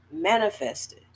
manifested